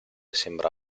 sembra